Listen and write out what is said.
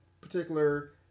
particular